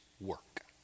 work